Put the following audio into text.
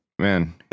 Man